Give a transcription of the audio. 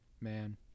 man